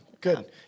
good